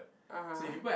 (uh huh)